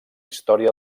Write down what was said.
història